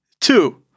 two